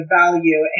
value